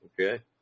okay